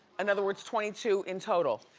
in other words, twenty two in total.